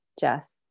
Jess